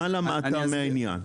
מה למדת מהעניין?